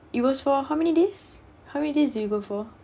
it was for how many days how many days did you go for